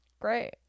great